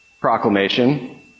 proclamation